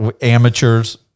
amateurs